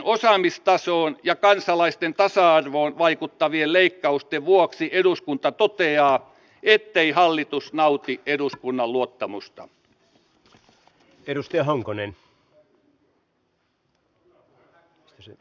rajujen osaamistasoon ja kansalaisten tasa arvoon vaikuttavien leikkausten vuoksi eduskunta toteaa ettei hallitus nauti eduskunnan luottamusta